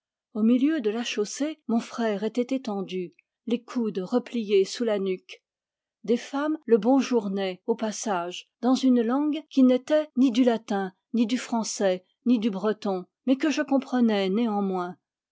au milieu de la chaussée mon frère était étendu les coudes repliés sous la nuque des femmes le bonjouraient au passage dans une langue qui n'était ni du latin ni du français ni du breton mais que je comprenais néanmoins